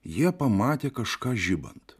jie pamatė kažką žibant